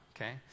okay